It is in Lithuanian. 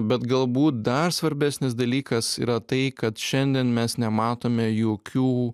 bet galbūt dar svarbesnis dalykas yra tai kad šiandien mes nematome jokių